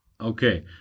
Okay